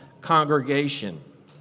congregation